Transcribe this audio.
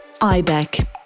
IBEC